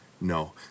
no